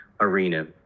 arena